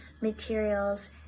materials